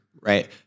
right